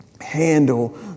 handle